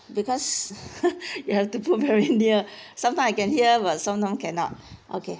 because you have to put very near sometime I can hear but sometime cannot okay